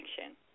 action